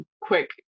quick